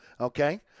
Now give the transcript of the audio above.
okay